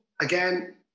again